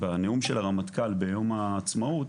בנאום של הרמטכ"ל ביום העצמאות,